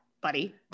buddy